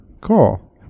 Cool